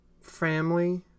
family